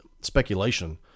speculation